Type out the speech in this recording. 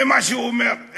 זה מה שהוא אומר.